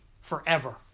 forever